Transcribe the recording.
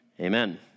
amen